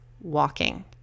walking